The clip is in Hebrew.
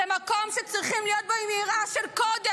זה מקום שצריכים להיות בו עם יראה של קודש,